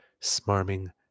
smarming